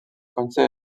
consta